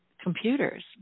computers